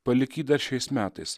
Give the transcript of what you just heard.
palik jį dar šiais metais